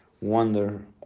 wonder